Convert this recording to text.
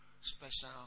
special